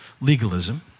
legalism